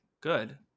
Good